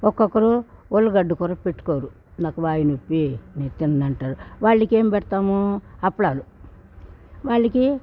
ఒక్కొక్కరు ఉళ్ళగడ్డ కూర పెట్టుకోరు నాకు వాయి నొప్పి నే తిన్నంటారు వాళ్ళకేం పెడతాము అప్పడాలు వాళ్లకి